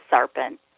serpent